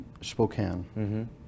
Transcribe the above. Spokane